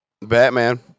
Batman